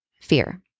fear